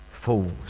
fools